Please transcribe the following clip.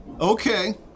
okay